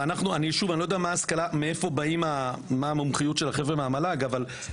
אני לא יודע מה ההשכלה ומה המומחיות של החבר'ה מהמועצה להשכלה גבוהה,